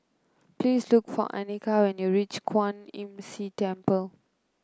please look for Annika when you reach Kwan Imm See Temple